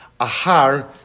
Ahar